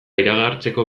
iragartzeko